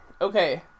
Okay